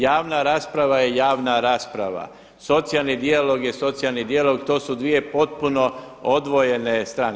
Javna rasprava je javna rasprava, socijalni dijalog je socijalni dijalog, to su dvije potpuno odvojene strane.